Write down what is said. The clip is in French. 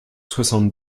soixante